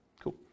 Cool